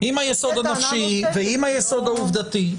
עם היסוד הנפשי ועם היסוד העובדתי.